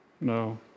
no